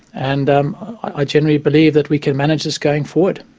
and um i genuinely believe that we can manage this going forward.